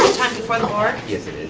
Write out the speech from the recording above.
time before the board? yes it is.